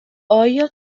آیا